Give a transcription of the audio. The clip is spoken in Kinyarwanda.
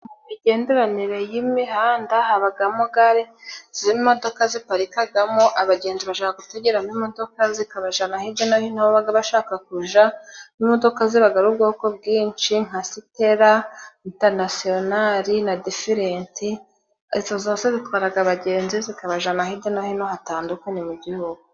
Imigenderanire y'imihanda habamo gare z'imodoka ziparikagamo, abagenzi bashaka kutegeramo imodoka zikabajana hirya no hino, aho baba bashaka kuja. Imodoka zibaga ari ubwoko bwinshi, nka Sitera, Interinasiyonari na Diferenti. Izo zose zatwaraga abagenzi, zikabajana hirya no hino hatandukanye mu gihugu.